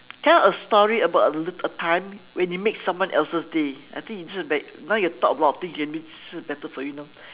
tell a story about a little a time when you made someone else's day I think this one like now you can talk about a lot of things you can be better for you now